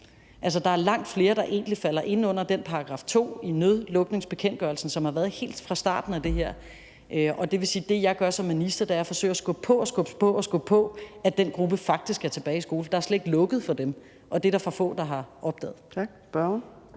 Altså, der er langt flere, der egentlig falder ind under den § 2 i nødlukningbekendtgørelsen, som har været der helt fra starten af det her. Og det vil sige, at det, jeg gør som minister, er forsøge at skubbe på og skubbe på for, at den gruppe faktisk skal tilbage i skole. For der er slet ikke lukket for dem, og det er der for få, der har opdaget.